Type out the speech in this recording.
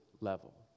level